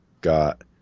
got